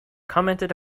commented